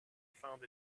found